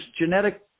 genetic